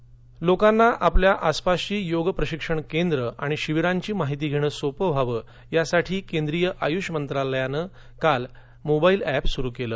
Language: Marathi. योगा लोकांना पल्या सपासची योग प्रशिक्षण केंद्र णि शिबिरांची माहिती घेणं सोपं व्हावं यासाठी केंद्रीय यूष मंत्रालयानं काल मोबाईल ऍप सुरू केलं